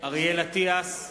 אריאל אטיאס,